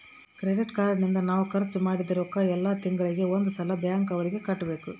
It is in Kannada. ಕ್ರೆಡಿಟ್ ಕಾರ್ಡ್ ನಿಂದ ನಾವ್ ಖರ್ಚ ಮದಿದ್ದ್ ರೊಕ್ಕ ಯೆಲ್ಲ ತಿಂಗಳಿಗೆ ಒಂದ್ ಸಲ ಬ್ಯಾಂಕ್ ಅವರಿಗೆ ಕಟ್ಬೆಕು